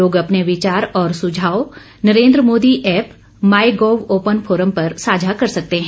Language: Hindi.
लोग अपने विचार और सुझाव Narendra Modi app my gov open forum पर साझा कर सकते हैं